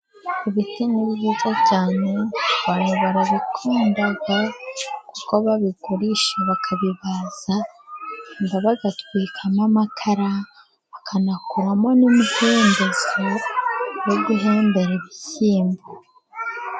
Ibiti ni byiza cyane abantu barabikunda, kuko babigurisha, bakabibaza, bagatwikamo amakara, bakanakuramo n'imihembezo yo guhembera ibishyimbo.